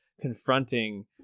confronting